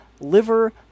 liver